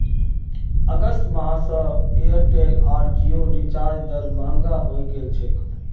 अगस्त माह स एयरटेल आर जिओर रिचार्ज दर महंगा हइ गेल छेक